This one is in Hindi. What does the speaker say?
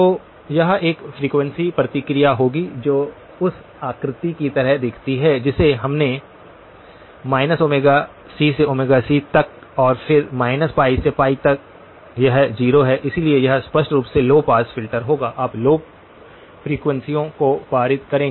तो यह एक फ्रीक्वेंसी प्रतिक्रिया होगी जो उस आकृति की तरह दिखती है जिसे हमने c से c तक और फिर -π से π तक यह 0 है इसलिए यह स्पष्ट रूप से लौ पास फिल्टर होगा आप लौ फ्रीक्वेंसीयों को पारित करेंगे